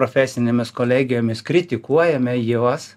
profesinėmis kolegijomis kritikuojame juos